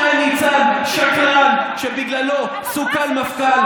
שי ניצן שקרן שבגללו סוכל מפכ"ל.